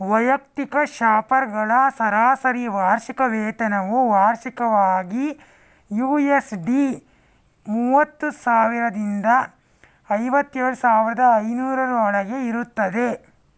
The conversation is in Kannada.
ವೈಯಕ್ತಿಕ ಶಾಪರ್ಗಳ ಸರಾಸರಿ ವಾರ್ಷಿಕ ವೇತನವು ವಾರ್ಷಿಕವಾಗಿ ಯು ಎಸ್ ಡಿ ಮೂವತ್ತು ಸಾವಿರದಿಂದ ಐವತ್ತೇಳು ಸಾವಿರದ ಐನೂರರ ಒಳಗೆ ಇರುತ್ತದೆ